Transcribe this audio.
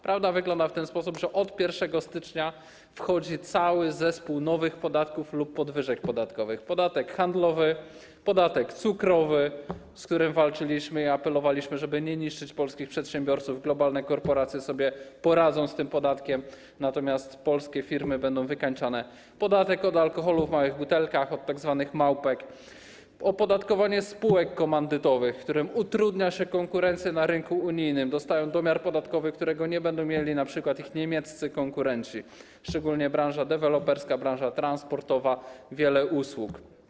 Prawda wygląd w ten sposób, że od 1 stycznia wchodzi cały zespół nowych podatków lub podwyżek podatkowych: podatek handlowy, podatek cukrowy, z którym walczyliśmy i apelowaliśmy, żeby nie niszczyć polskich przedsiębiorców - globalne korporacje poradzą sobie z tym podatkiem, natomiast polskie firmy będą wykańczane - podatek od alkoholu w małych butelkach, tzw. małpek, opodatkowanie spółek komandytowych, którym utrudnia się konkurencję na rynku unijnym - dostają domiar podatkowy, którego nie będą mieli np. ich niemieccy konkurenci, szczególnie w branży deweloperskiej, branży transportowej i wielu usługach.